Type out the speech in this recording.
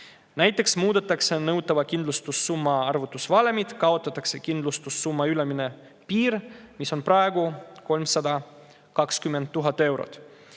Näiteks muudetakse nõutava kindlustussumma arvutusvalemit ja kaotatakse kindlustussumma ülempiir, mis on praegu 320 000 eurot.